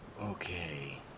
Okay